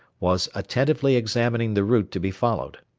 was attentively examining the route to be followed.